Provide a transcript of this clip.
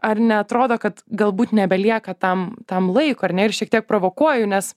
ar neatrodo kad galbūt nebelieka tam tam laiko ar ne ir šiek tiek provokuoju nes